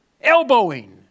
elbowing